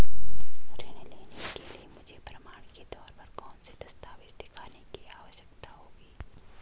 ऋृण लेने के लिए मुझे प्रमाण के तौर पर कौनसे दस्तावेज़ दिखाने की आवश्कता होगी?